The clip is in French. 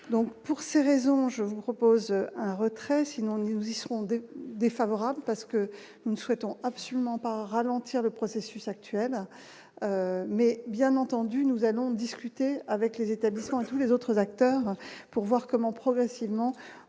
pour ces raisons, je vous propose un retrait sinon nous y défavorable, parce que nous ne souhaitons absolument pas ralentir le processus actuel mais bien entendu, nous allons discuter avec les établissements et tous les autres acteurs pour voir comment, progressivement